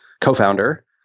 co-founder